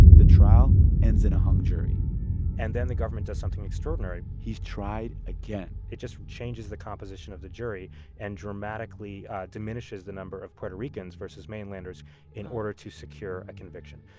the trial ends in a hung jury and then the government does something extraordinary he's tried again it just changes the composition of the jury and dramatically diminishes the number of puerto ricans versus mainlanders in order to secure a conviction.